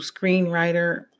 screenwriter